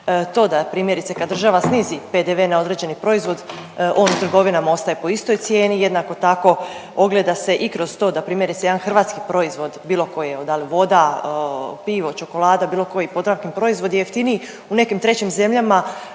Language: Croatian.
to da primjerice kad država snizi PDV na određeni proizvod on u trgovima ostaje po istoj cijeni. Jednako tako ogleda se i kroz to da primjerice jedan hrvatski proizvod bilo koji da li voda, pivo, čokolada, bilo koji potaknuti proizvod je jeftiniji u nekim trećim zemljama